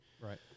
Right